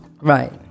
right